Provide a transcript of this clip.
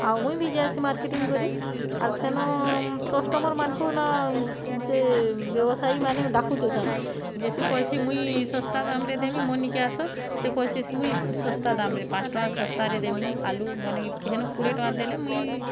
ଆଉ ମୁଇଁ ବି ଯାଏସି ମାର୍କେଟିଂ କରି ଆର୍ ସେନ କଷ୍ଟମର୍ମାନଙ୍କୁ ନା ବ୍ୟବସାୟୀ ମାନେ ଡାକୁଥିସନ୍ ଯେ ସେ କହେସୀ ମୁଇଁ ଶସ୍ତା ଦାମ୍ରେ ଦେମି ମୋ ନିକି ଆସ ସେ ସେ କହେସି ମୁଇଁ ଶସ୍ତା ଦାମ୍ରେ ପାଞ୍ଚ ଟଙ୍କା ଶସ୍ତାରେ ଦେମି ଆଲୁ ମାନେ କି କୋଡ଼ିଏ ଟଙ୍କାରେ ଦେଲେ ମୁଇଁ